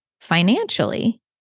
financially